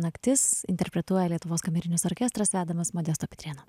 naktis interpretuoja lietuvos kamerinis orkestras vedamas modesto pitrėno